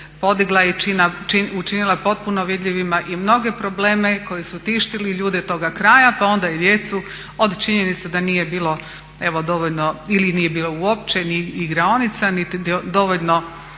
podigla i učinila potpuno vidljivima i mnoge probleme koji su tištili ljude toga kraja pa onda i djecu, od činjenice da nije bilo dovoljno ili nije bilo uopće ni igraonica niti dovoljno